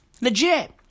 Legit